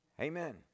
Amen